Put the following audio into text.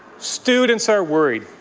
students are worried.